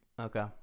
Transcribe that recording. Okay